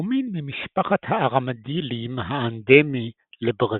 הוא מין ממשפחת הארמדיליים האנדמי לברזיל,